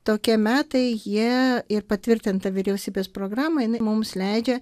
tokie metai jie ir patvirtinta vyriausybės programai jinai mums leidžia